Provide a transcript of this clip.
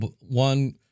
one